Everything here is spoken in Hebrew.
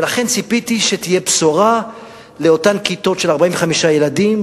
ולכן ציפיתי שתהיה בשורה לאותן כיתות של 45 ילדים,